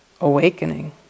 awakening